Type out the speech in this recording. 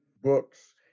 books